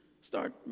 start